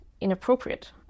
inappropriate